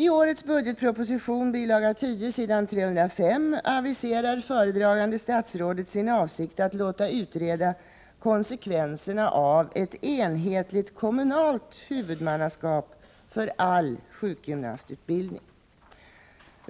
s.305 i bil. 10 till årets budgetproposition aviserar föredragande statsrådet sin avsikt att låta utreda konsekvenserna av ett enhetligt kommunalt huvudmannaskap för all sjukgymnastutbildning.